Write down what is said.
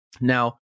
Now